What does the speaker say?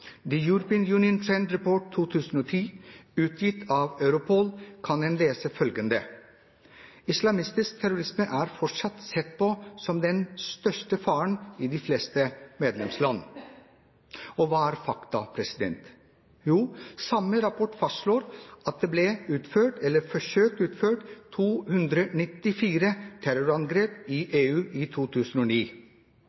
European Union Trend Report 2010, utgitt av Europol, kan en lese følgende: «Islamistisk terrorisme er fortsatt sett på som den største faren i de fleste medlemsland.» Og hva er fakta? Jo, samme rapport fastslår at det ble utført, eller forsøkt utført, 294 terrorangrep i